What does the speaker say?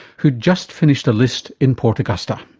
who'd just finished a list in port augusta.